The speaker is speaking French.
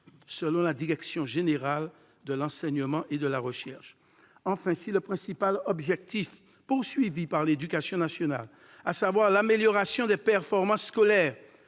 selon la direction générale de l'enseignement et de la recherche. Enfin, si le principal objectif poursuivi par l'éducation nationale, à savoir l'amélioration des performances scolaires,